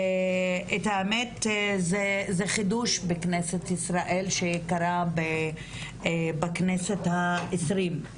האמת זה חידוש בכנסת ישראל שקרה בכנסת ה-23.